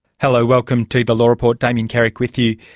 hello, welcome to the law report, damien carrick with you.